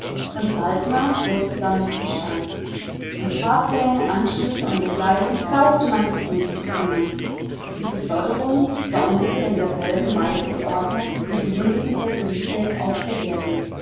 und saltner wußte damit bescheid um fahrpläne anschlüsse und dergleichen brauchte man sich nicht zu kümmern die beförderung war ungefähr in derselben weise geordnet wie diejenige der briefe auf der erde